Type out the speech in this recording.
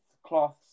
Cloths